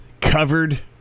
covered